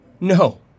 No